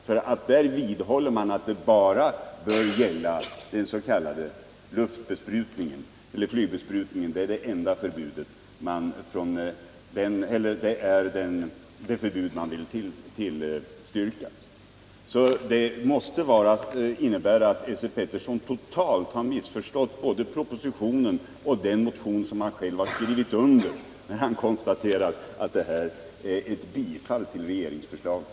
Moderaterna tillstyrker nämligen att förbudet bör omfatta endast flygbesprutningen. Esse Petersson måste alltså totalt ha missförstått både propositionen och den motion han själv skrivit under, när han påstår att den senare innebär ett tillstyrkande av regeringsförslaget.